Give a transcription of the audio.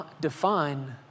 define